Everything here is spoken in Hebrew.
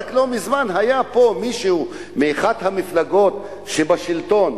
לא מזמן היה פה מישהו מאחת המפלגות שבשלטון,